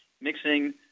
mixing